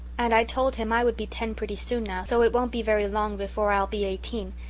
and i told him i would be ten pretty soon now, so it won't be very long before i'll be eighteen,